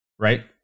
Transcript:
right